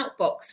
outbox